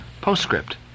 Postscript